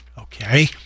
okay